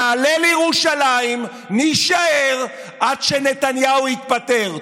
נעלה לירושלים ונישאר עד שנתניהו יתפטר.